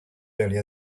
earlier